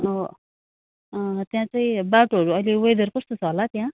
र त्यहाँ चाहिँ बाटोहरू अहिले वेदरहरू कस्तो छ होला त्यहाँ